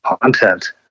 content